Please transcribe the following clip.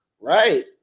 Right